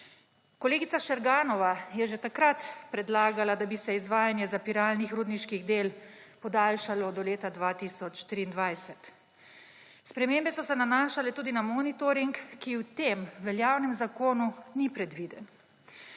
Kolegica Šerganova je že takrat predlagala, da bi se izvajanje zapiralnih rudniških del podaljšalo do leta 2023. Spremembe so se nanašale tudi na monitoring, ki v tem veljavnem zakonu ni predviden.